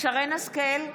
שרן מרים השכל,